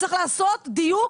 צריך לעשות דיוק